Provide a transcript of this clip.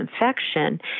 infection